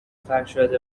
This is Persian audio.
فرشاد